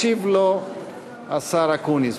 ישיב לו השר אקוניס.